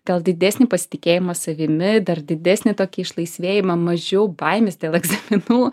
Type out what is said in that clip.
gal didesnį pasitikėjimą savimi dar didesnį tokį išlaisvėjimą mažiau baimės dėl egzaminų